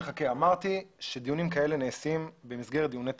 אמרתי שדיונים כאלה נעשים במסגרת דיוני תקציב.